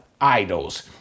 idols